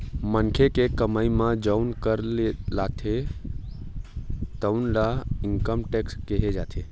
मनखे के कमई म जउन कर लागथे तउन ल इनकम टेक्स केहे जाथे